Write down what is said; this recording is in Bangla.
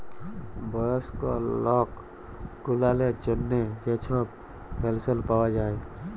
বয়স্ক লক গুলালের জ্যনহে যে ছব পেলশল পাউয়া যায়